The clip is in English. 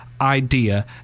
idea